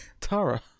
Tara